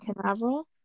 Canaveral